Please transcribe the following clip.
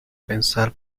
pensar